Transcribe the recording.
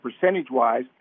percentage-wise